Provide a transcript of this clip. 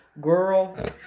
Girl